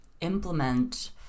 implement